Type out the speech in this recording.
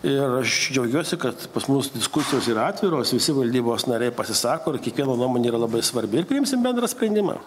ir aš džiaugiuosi kad pas mus diskusijos yra atviros visi valdybos nariai pasisako ir kiekvieno nuomonė yra labai svarbi ir priimsim bendrą sprendimą